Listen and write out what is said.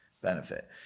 benefit